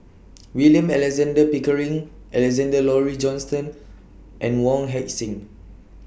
William Alexander Pickering Alexander Laurie Johnston and Wong Heck Sing